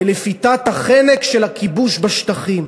מלפיתת החנק של הכיבוש בשטחים.